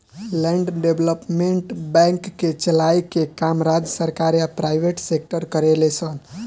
land development bank के चलाए के काम राज्य सरकार या प्राइवेट सेक्टर करेले सन